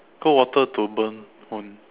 cold water to burn won't